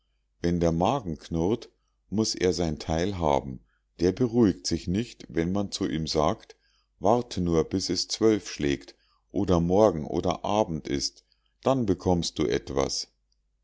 wenn der magen knurrt muß er sein teil haben der beruhigt sich nicht wenn man zu ihm sagt warte nur bis es zwölf schlägt oder morgen oder abend ist dann bekommst du etwas